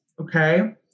okay